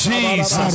Jesus